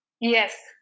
Yes